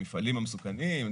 המפעלים המסוכנים,